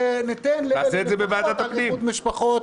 וניתן לפחות איחוד משפחות,